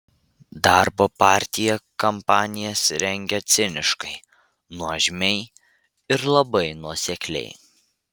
darbo partija kampanijas rengia ciniškai nuožmiai ir labai nuosekliai